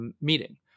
meeting